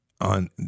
on